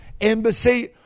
embassy